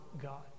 God